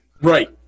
right